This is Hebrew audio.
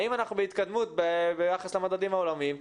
האם אנחנו בהתקדמות ביחס למדדים העולמיים,